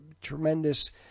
tremendous